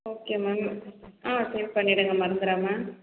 okay ma'am ஆ save பண்ணிடுங்க மறந்துடாம